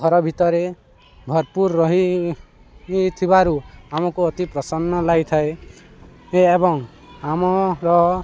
ଘର ଭିତରେ ଭରପୁର ରହିଥିବାରୁ ଆମକୁ ଅତି ପ୍ରସନ୍ନ ଲାଗିଥାଏ ଏବଂ ଆମର